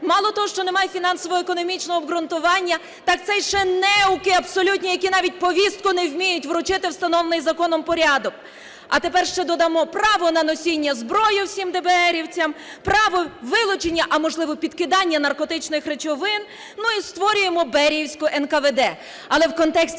Мало того, що немає фінансово-економічного обґрунтування, так це ще й неуки абсолютні, які навіть повістку не вміють вручити у встановлений законом порядок. А тепер ще додамо право на носіння зброї всіх дебеерівцям, право вилучення, а можливо підкидання наркотичних речовин. Ну і створюємо беріївську НКВД.